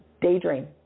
Daydream